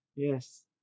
Yes